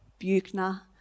Buchner